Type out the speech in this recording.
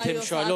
אז מה היא צריכה,